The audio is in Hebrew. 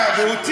בו?